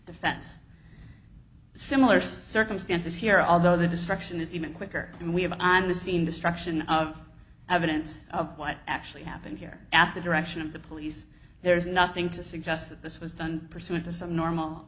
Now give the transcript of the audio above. defense similar circumstances here although the destruction is even quicker and we have an on the scene destruction of evidence of what actually happened here at the direction of the police there is nothing to suggest that this was done pursuant to some normal